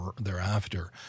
thereafter